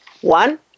One